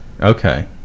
Okay